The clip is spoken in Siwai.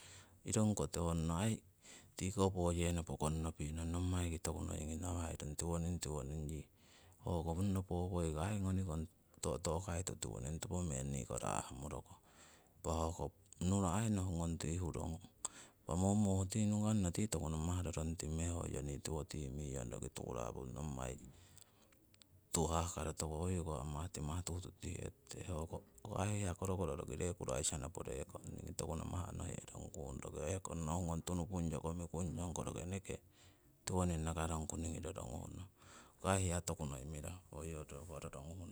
Irongko tiwonong aii tikoh poyenopo kongnopingno nommai ki toku noiki nahaherong tiwoning, tiwoning yi. Hoko honno powoikanno aii nonikong to'to'kaitu tiwoning topo meng niko rahmorokong tiwoning, tiwoning. Impa hoko nura ai nohu ngong ti hurong. Impa tiko momonno nukanno tii toku namah rorongtime hoyo ni tiwotimiyong. Roki turapo nommai tuhah karo toku hoyo'ko amahtimah tuhtutihetute. Ho ai korokoro roki ree kuraisa nopo rekong. Ningi toku namah onoherongkung roki ehkong tunupungyo komikung yong. Hoko roki eneke tiwoning nakarongku roronguh nong. Mirahu hoyo roronguh nong